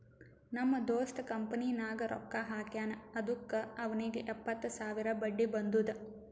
ನಮ್ ದೋಸ್ತ ಕಂಪನಿನಾಗ್ ರೊಕ್ಕಾ ಹಾಕ್ಯಾನ್ ಅದುಕ್ಕ ಅವ್ನಿಗ್ ಎಪ್ಪತ್ತು ಸಾವಿರ ಬಡ್ಡಿ ಬಂದುದ್